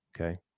Okay